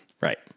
Right